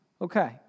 Okay